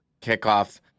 kickoff